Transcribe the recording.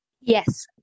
yes